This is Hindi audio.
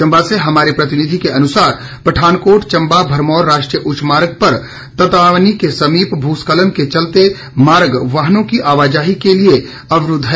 चंबा से हमारे प्रतिनिधि के अनुसार पठानकोट चम्बा भरमौर राष्ट्रीय उच्च मार्ग पर तत्वानी के समीप भूस्खलन के चलते ये मार्ग वाहनों की आवाजाही के लिये अवरुद्ध है